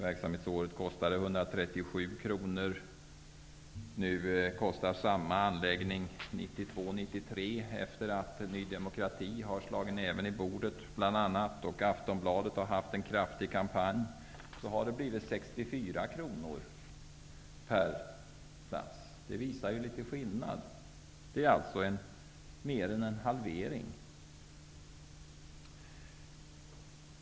Verksamhetsåret 19889 93, efter det att Ny demokrati har slagit näven i bordet och Aftonbladet har haft en kraftig kampanj, kostar samma anläggning 64 kr per plats. Det visar litet skillnad. Det är mer än en halvering.